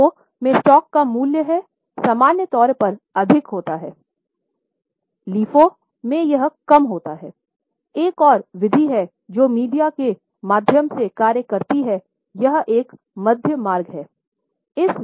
FIFO में stock का मूल्य है सामान्य तौर पर अधिक होता है LIFO में यह कम होता है एक और विधि है जो मीडिया के माध्यम से कार्य करती है यह एक मध्य मार्ग है